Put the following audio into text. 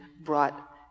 brought